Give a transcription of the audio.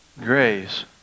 Grace